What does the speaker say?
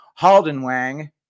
Haldenwang